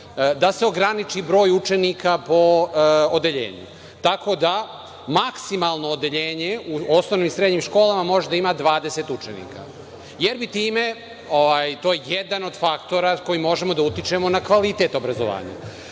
da se ograniči broj učenika po odeljenju, tako da maksimalno odeljenje u osnovnim i srednjim školama može da ima 20 učenika. To je jedan od faktora koji možemo da utičemo na kvalitet obrazovanja. To